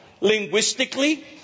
Linguistically